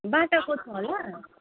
बाटाको छ होला